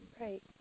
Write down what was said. Right